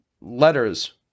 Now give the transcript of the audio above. letters